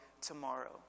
tomorrow